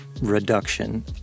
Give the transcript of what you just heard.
Reduction